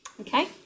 Okay